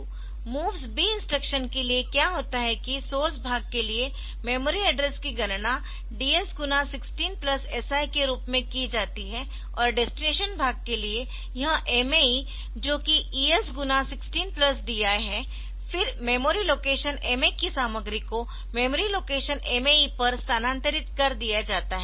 MOVS B instruction के लिए क्या होता है कि सोर्स भाग के लिए मेमोरी एड्रेस की गणना DS गुना 16 प्लस SI के रूप में की जाती है और डेस्टिनेशन भाग के लिए यह MAE जो कि ES गुना 16 प्लस DI है फिर मेमोरी लोकेशन MA की सामग्री को मेमोरी लोकेशन MAE पर स्थानांतरित कर दिया जाता है